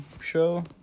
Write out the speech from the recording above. show